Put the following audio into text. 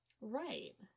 right